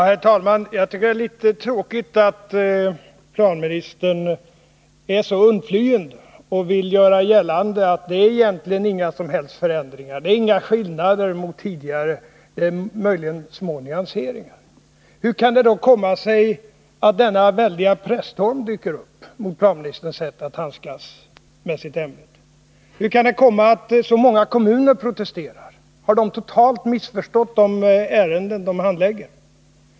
Herr talman! Jag tycker det är litet tråkigt att planministern är så undflyende och vill göra gällande att det egentligen inte är några som helst förändringar, att det inte är någon skillnad gentemot tidigare, möjligen att det gäller små nyanseringar. Hur kan det då komma sig att denna väldiga presstorm mot planministerns sätt att handskas med sitt ämbete dyker upp? Hur kan det då komma sig att så många kommuner protesterar? Har de totalt missförstått de ärenden som de handlägger?